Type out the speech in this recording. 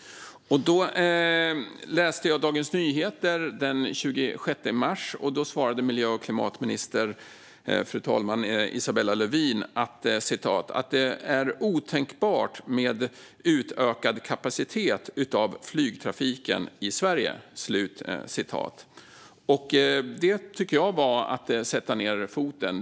Jag läste Dagens Nyheter den 26 mars. Där, fru talman, säger miljö och klimatminister Isabella Lövin att det är "otänkbart att vi ska bidra till en utökad kapacitet utav flygtrafiken i Sverige". Det tycker jag var att sätta ned foten.